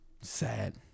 Sad